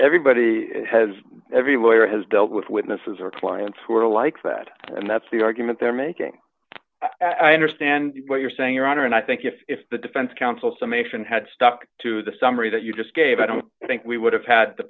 everybody has every lawyer has dealt with witnesses or clients who are like that and that's the argument they're making i understand what you're saying your honor and i think if the defense counsel summation had stuck to the summary that you just gave i don't think we would have had the